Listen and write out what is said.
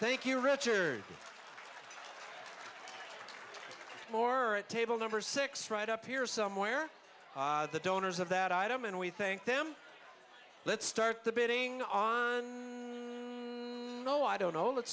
thank you richard more at table number six right up here somewhere the donors of that i don't mean we thank them let's start the bidding on no i don't know let's